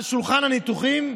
על שולחן הניתוחים,